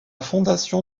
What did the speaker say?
fondation